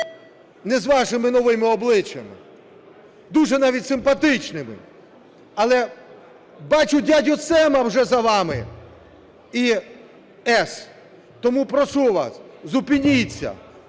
не з вашими "новими обличчями" дуже навіть симпатичними. Але бачу "дядю Сема" вже за вами і $. Тому прошу вас, зупиніться